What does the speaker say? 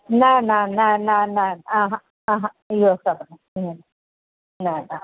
न न न न न इहो सभु न ईअं न न न